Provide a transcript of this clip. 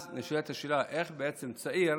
אז נשאלת השאלה איך בעצם צעיר